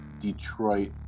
Detroit